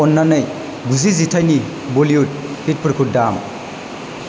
अननानै गुजि जिथाइनि बलियुद हिटफोरखौ दाम